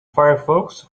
firefox